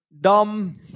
dumb